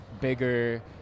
bigger